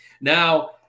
now